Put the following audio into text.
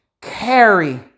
carry